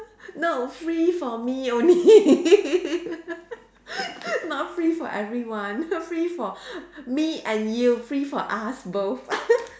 no free for me only not free for everyone free for me and you free for us both